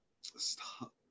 Stop